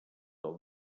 del